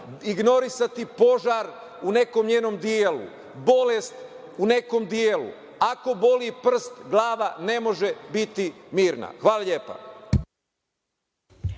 ignorisati požar u nekom njenom delu, bolest u nekom delu, ako boli prst glava ne može biti mirna. Hvala lepo.